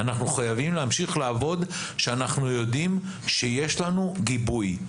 אנחנו חייבים להמשיך לעבוד כשאנחנו יודעים שיש לנו גיבוי,